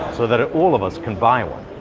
so that ah all of us can buy one.